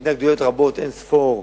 התנגדויות רבות, אין-ספור,